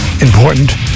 important